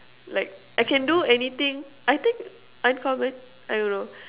like I can do anything I think uncommon I don't know